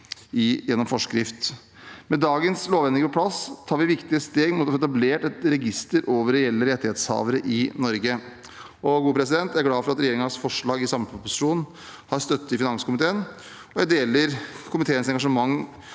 gjennom forskrift. Med dagens lovendringer på plass tar vi viktige steg mot å få etablert et register over reelle rettighetshavere i Norge. Jeg er glad for at regjeringens forslag i samleproposisjonen har støtte i finanskomiteen, og jeg deler komiteens engasjement